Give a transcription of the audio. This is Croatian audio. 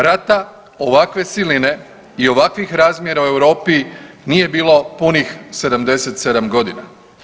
Rata ovakve siline i ovakvih razmjera u Europi nije bilo punih 77 godina.